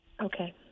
Okay